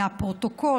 מהפרוטוקול,